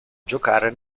giocare